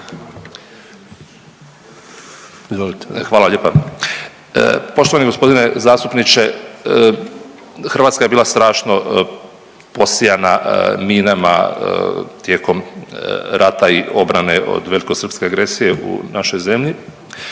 Hvala lijepa. Poštovani gospodine zastupniče Hrvatska je bila strašno posijana minama tijekom rata i obrane od velikosrpske agresije u našoj zemlji.